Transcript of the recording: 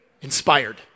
inspired